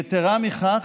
יתרה מכך,